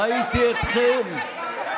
ראיתי אתכם.